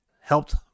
helped